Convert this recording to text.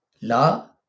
La